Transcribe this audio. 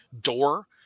door